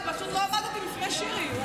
אני פשוט לא עמדתי בפני שירי,